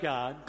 God